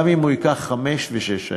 גם אם זה ייקח חמש ושש שנים.